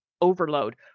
overload